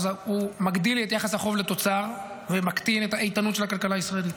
אז הוא מגדיל את יחס החוב לתוצר ומקטין את האיתנות של הכלכלה הישראלית.